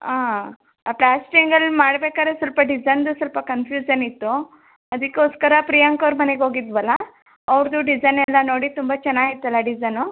ಆಂ ಆ ಪ್ಲಾಸ್ಟ್ರಿಂಗಲ್ಲಿ ಮಾಡಬೇಕಾರೆ ಸ್ವಲ್ಪ ಡಿಸೈನ್ದು ಸ್ವಲ್ಪ ಕನ್ಫ್ಯಜ಼ನ್ ಇತ್ತು ಅದಕ್ಕೋಸ್ಕರ ಪ್ರಿಯಾಂಕ ಅವ್ರ ಮನೆಗೆ ಹೋಗಿದ್ವಲ್ಲ ಅವ್ರದು ಡಿಸೈನ್ ಎಲ್ಲ ನೋಡಿ ತುಂಬ ಚೆನ್ನಾಗಿತ್ತಲ್ಲ ಡಿಸೈನು